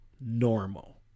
normal